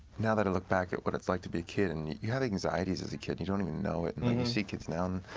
now that i look back at what it's like to be a kid, and you have anxieties as a kid, and you don't even know it. and i mean you see kids now, and